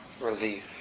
relief